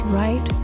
right